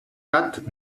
gat